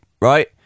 right